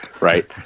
right